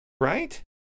Right